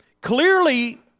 clearly